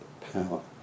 power